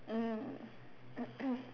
mm